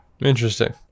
Interesting